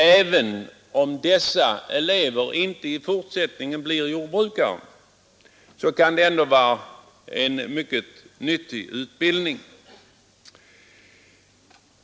Även om dessa elever inte i fortsättningen blir jordbrukare kan det ändå vara en mycket nyttig utbildning.